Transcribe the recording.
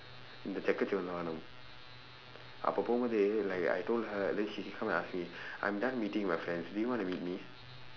இந்த செக்க சிவந்த வானம் அப்ப போகும்போது:indtha sekka sivandtha vaanam appa pookumpoothu like I told her then she come and ask me I'm done meeting my friends do you want to meet me